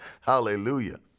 Hallelujah